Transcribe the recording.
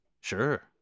Sure